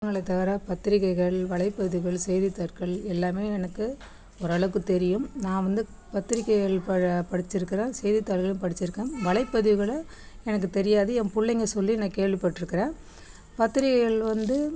தவிர பத்திரிக்கைகள் வலைப்பகுதிகள் செய்திதாற்கள் எல்லாமே எனக்கு ஒரு அளவுக்கு தெரியும் நான் வந்து பத்திரிக்கைகள் பல படிச்சுருக்குறேன் செய்தித்தாள்களும் படிச்சுருக்கேன் வலைப்பதிவுகளை எனக்கு தெரியாது என் பிள்ளைங்க சொல்லி நான் கேள்விப்பட்டிருக்குறேன் பத்திரிக்கைகள் வந்து